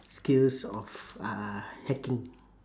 skills of uh hacking